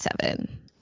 seven